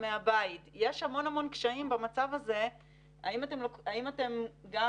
היה אמור לצאת או שזה גם באיזשהו